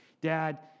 Dad